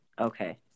okay